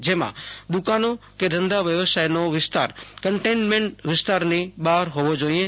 જેમાં દુકાનો કે ધંધા વ્યવસાયનો વિસતાર કન્ટેઈનમેન્ટ વિસતારની બહાર હોવો જોઈએ